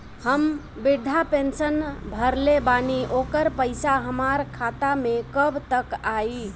हम विर्धा पैंसैन भरले बानी ओकर पईसा हमार खाता मे कब तक आई?